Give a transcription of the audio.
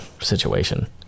situation